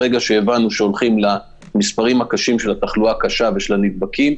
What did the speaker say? ברגע שהבנו שהולכים למספרים קשים של תחלואה קשה ושל נדבקים,